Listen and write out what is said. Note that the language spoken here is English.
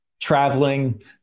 traveling